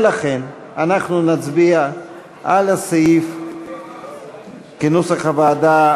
לכן אנחנו נצביע על הסעיף כנוסח הוועדה.